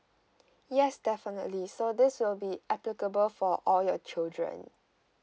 yes definitely so this will be applicable for all your children